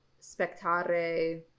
spectare